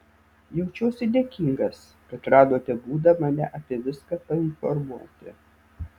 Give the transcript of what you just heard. jaučiuosi dėkingas kad radote būdą mane apie viską painformuoti